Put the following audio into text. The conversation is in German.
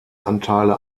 anteile